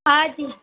آج ہی